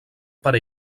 per